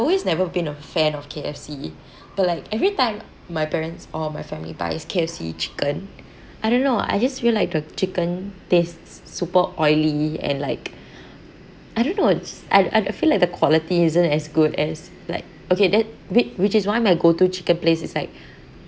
always never been a fan of K_F_C but like every time my parents or my family buys K_F_C chicken I don't know I just feel like the chicken tastes super oily and like I don't know it's I I feel like the quality isn't as good as like okay that whi~ which is why my go to chicken place is like